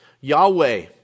Yahweh